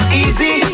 easy